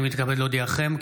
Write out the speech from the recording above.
הינני מתכבד להודיעכם,